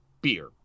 beer